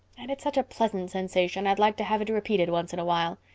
and it's such a pleasant sensation i'd like to have it repeated once in a while.